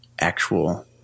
actual